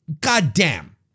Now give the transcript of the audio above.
goddamn